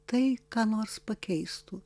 tai ką nors pakeistų